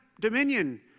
dominion